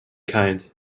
kind